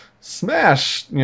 smash